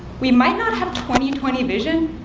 we might not have twenty twenty vision,